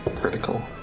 critical